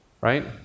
right